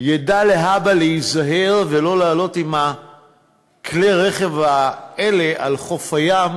ידע להבא להיזהר ולא לעלות עם כלי הרכב האלה על חוף הים,